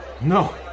No